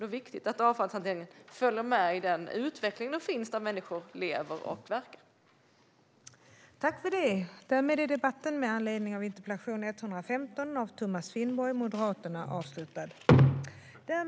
Det är viktigt att avfallshanteringen följer med i utvecklingen som finns där människor lever och verkar.